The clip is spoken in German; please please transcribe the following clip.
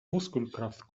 muskelkraft